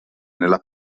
nella